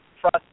trust